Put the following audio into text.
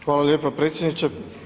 Hvala lijepa predsjedniče.